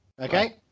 Okay